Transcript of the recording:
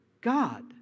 God